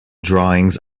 drawings